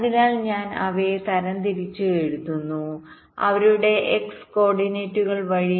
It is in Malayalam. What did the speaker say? അതിനാൽ ഞാൻ അവയെ തരംതിരിച്ച് എഴുതുന്നു അവരുടെ x കോർഡിനേറ്റുകൾ വഴി